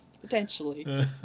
potentially